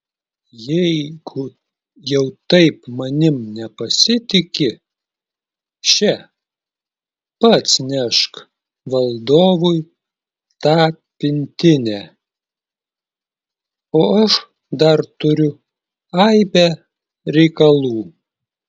jeigu jau taip manimi nepasitiki še pats nešk valdovui tą pintinę o aš dar turiu aibę reikalų